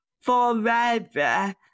forever